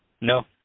No